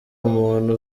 umuntu